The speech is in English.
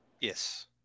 Yes